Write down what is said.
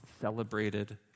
celebrated